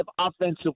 offensive